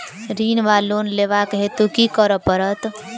ऋण वा लोन लेबाक हेतु की करऽ पड़त?